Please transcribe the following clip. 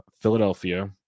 Philadelphia